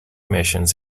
missions